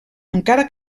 encara